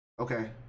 Okay